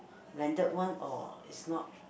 branded one or it's not